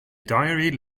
diary